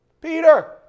Peter